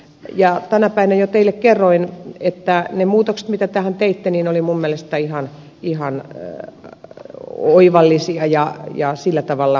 ja tänä päivänä jo teille kerroin että ne muutokset mitä tähän teitte olivat minun mielestäni ihan oivallisia ja sillä tavalla sopivat tähän